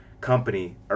company